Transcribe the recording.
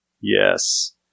Yes